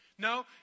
No